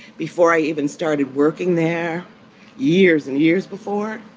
before i even started working there years and years before.